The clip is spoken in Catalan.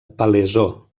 palaiseau